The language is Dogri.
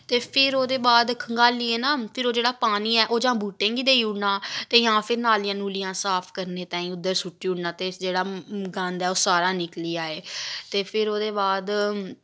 ते फिर ओह्दे बाद खंगालियै ना फिर ओह् जेह्ड़ा पानी ऐ ओह् जां बूह्टें देई ओड़ना ते जां फ्ही नालियां नुलियां साफ करने ताहीं उद्धर सुट्टी ओड़ना ते जेह्ड़ा गंद ऐ ओह् सारा निकली आए ते फिर ओह्दे बाद